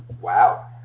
Wow